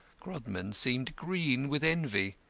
grodman seemed green with envy.